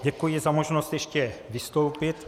Děkuji za možnost ještě vystoupit.